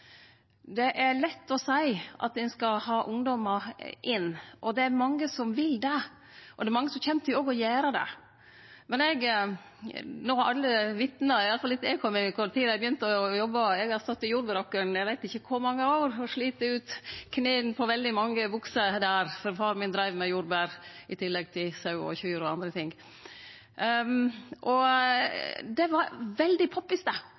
Det er lett å seie at ein skal ha ungdommar inn, det er mange som vil det, og det er mange som òg kjem til å gjere det. No har alle vitna, i alle fall etter at eg kom inn, om kor tid dei begynte å jobbe. Eg veit ikkje kor mange år eg har stått i jordbæråkeren og slite ut knea på veldig mange bukser, for far min dreiv med jordbær i tillegg til sau og kyr og andre ting. Det var veldig